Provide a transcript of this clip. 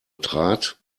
trat